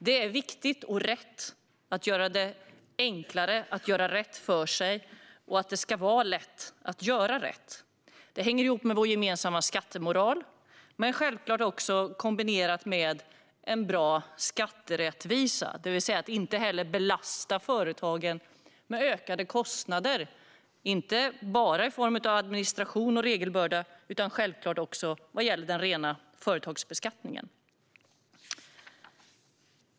Det är viktigt och riktigt att göra det enklare att göra rätt för sig och att det ska vara lätt att göra rätt. Det hänger ihop med vår gemensamma skattemoral, självklart kombinerat med en bra skatterättvisa, det vill säga att inte heller belasta företagen med ökade kostnader. Det handlar inte bara om administration och regelbörda utan självklart också om den rena företagsbeskattningen.